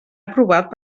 aprovat